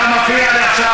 אתה מפריע לי עכשיו.